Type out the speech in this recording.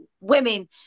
women